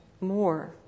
more